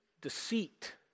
deceit